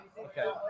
Okay